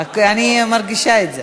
אני מרגישה את זה.